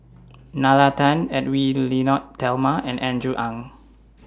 Nalla Tan Edwy Lyonet Talma and Andrew Ang